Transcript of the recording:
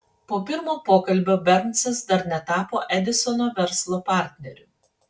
po pirmo pokalbio bernsas dar netapo edisono verslo partneriu